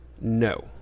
No